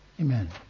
Amen